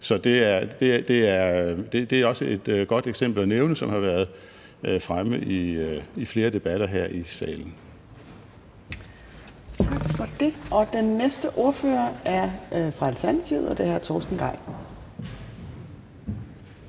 Så det er et godt eksempel at nævne, som har været fremme i flere debatter her i salen.